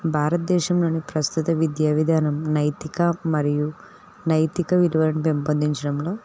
భారతదేశంలోని ప్రస్తుత విద్యా విధానం నైతిక మరియు నైతిక విలువలను పెంపొందించడంలో